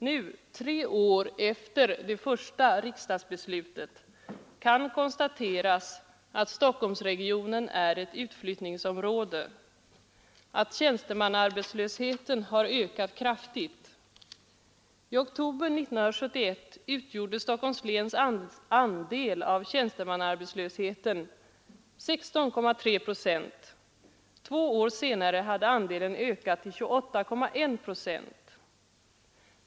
Nu, tre år efter det första riksdagsbeslutet, kan det konstateras att Stockholmsregionen är ett utflyttningsområde och att tjänstemannaarbetslösheten har ökat kraftigt. I oktober 1971 utgjorde Stockholms läns andel av tjänstemannaarbetslösheten 16,3 procent. Två år senare hade andelen ökat till 28,1 procent.